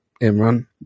Imran